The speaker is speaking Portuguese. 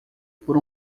por